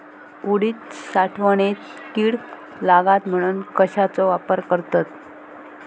उडीद साठवणीत कीड लागात म्हणून कश्याचो वापर करतत?